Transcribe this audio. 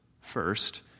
first